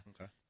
Okay